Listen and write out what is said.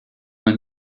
mein